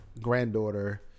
granddaughter